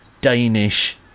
Danish